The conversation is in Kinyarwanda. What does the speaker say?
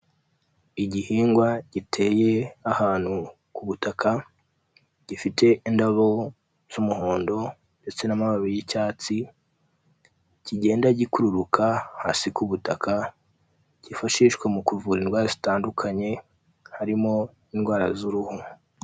Igihingwa giteye ahantu ku butaka gifite indabo z'umuhondo ndetse n'amababi y'icyatsi, kigenda gikururuka hasi ku butaka kifashishwa mu kuvura indwara zitandukanye harimo indwara z'uruhu.